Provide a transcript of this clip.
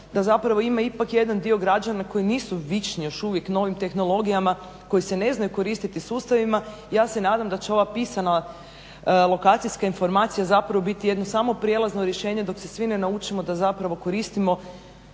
da zapravo ima ipak jedan dio građana koji nisu vični još uvijek novim tehnologijama, koji se ne znaju koristiti sustavima. Ja se nadam da će ova pisana lokacijska informacijska informacija zapravo biti jedno samo prijelazno rješenje dok se svi ne naučimo da zapravo koristimo